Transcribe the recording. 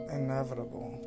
inevitable